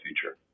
future